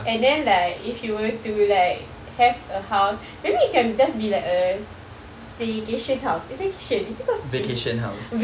and then like if you were to like have a house maybe it can just be like a sta~ staycation house is staycation is it called staycation